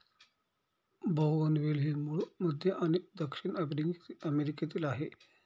बोगनवेल हे मूळ मध्य आणि दक्षिण अमेरिकेतील आहे